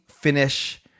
finish